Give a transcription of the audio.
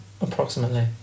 approximately